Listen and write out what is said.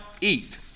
eat